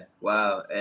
wow